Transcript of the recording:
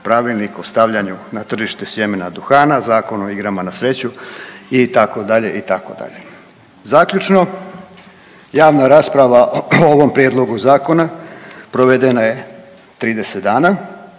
Pravilnik o stavljanju na tržište sjemena duhana, Zakon o igrama na sreću itd., itd. Zaključno javna rasprava o ovom prijedlogu zakona provedena je 30 dana